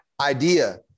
idea